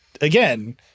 again